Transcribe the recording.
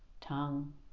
tongue